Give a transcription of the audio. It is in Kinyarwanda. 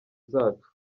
zacu